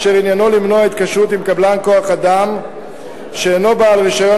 אשר עניינו למנוע התקשרות עם קבלן כוח-אדם שאינו בעל רשיון,